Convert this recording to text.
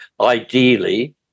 ideally